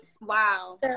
wow